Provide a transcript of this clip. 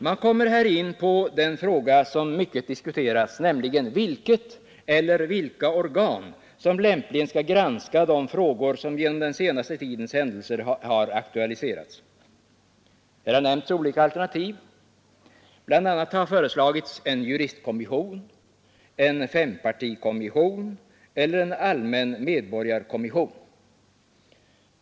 Man kommer här in på det problem, som mycket diskuterats, nämligen vilket eller vilka organ som lämpligen skall granska de frågor som genom den senaste tidens händelser har aktualiserats. Här har nämnts olika alternativ, bl.a. har föreslagits en juristkommission, en fempartikommission eller en allmän medborgarkommission.